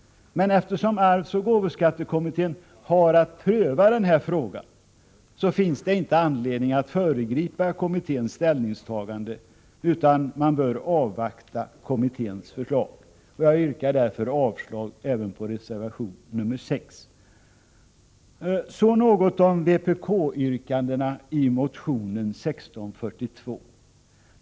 Men eftersom arvsoch gåvoskattekommittén har att pröva denna fråga, finns det inte anledning att föregripa kommitténs ställningstagande, utan man bör avvakta kommitténs förslag. Jag yrkar därför avslag även på reservation 6. Så några ord om vpk-yrkandena i motion 1642.